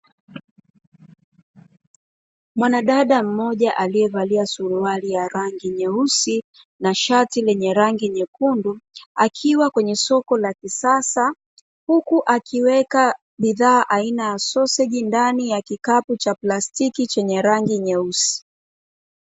Mwanadada mmoja aliyevalia suruali ya rangi nyeusi na shati lenye rangi nyekundu, akiwa kwenye soko la kisasa, huku akiweka bidhaa aina ya soseji ndani ya kikapu cha plastiki chenye rangi nyeusi.